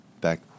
back